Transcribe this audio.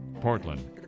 Portland